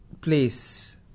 place